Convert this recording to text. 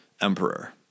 emperor